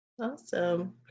Awesome